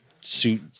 suit